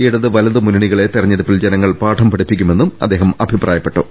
ഇടത് വല്ത് മുന്നണികളെ തെരഞ്ഞെടുപ്പിൽ ജനങ്ങൾ പാഠം പഠിപ്പിക്കുമെന്നും അദ്ദേഹം അഭി പ്രായപ്പെട്ടു